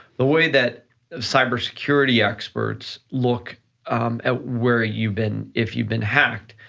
the way that cybersecurity experts look at where you've been, if you've been hacked,